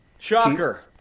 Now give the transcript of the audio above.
Shocker